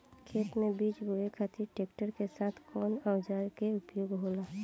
खेत में बीज बोए खातिर ट्रैक्टर के साथ कउना औजार क उपयोग होला?